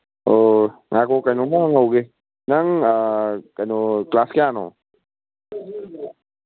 ꯑꯣ ꯉꯥꯏꯈꯣ ꯀꯩꯅꯣꯝꯃ ꯍꯪꯍꯧꯒꯦ ꯅꯪ ꯀꯩꯅꯣ ꯀ꯭ꯂꯥꯁ ꯀꯌꯥꯅꯣ